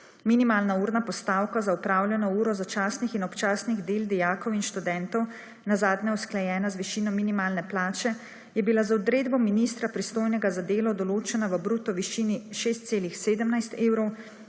Minimalna urna postavka za opravljeno uro začasnih in občasnih del dijakov in študentov, nazadnje usklajena z višino minimalne plače, je bila z odredbo ministra, pristojnega za delo, določena v bruto višini 6,17 evrov.